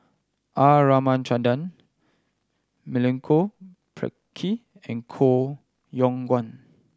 R Ramachandran Milenko Prvacki and Koh Yong Guan